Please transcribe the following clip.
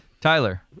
Tyler